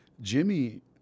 Jimmy